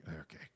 okay